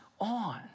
on